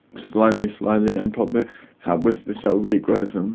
slowly, slowly and probably help with the cell regrowth. and